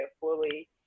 fully